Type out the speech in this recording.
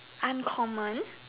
uncommon